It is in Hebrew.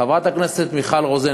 חברת הכנסת מיכל רוזין,